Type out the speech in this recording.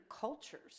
cultures